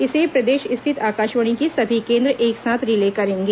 इसे प्रदेश स्थित आकाशवाणी के सभी केंद्र एक साथ रिले करेंगे